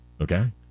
okay